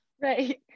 Right